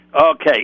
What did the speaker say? Okay